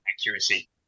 accuracy